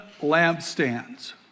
lampstands